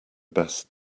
best